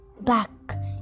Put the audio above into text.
back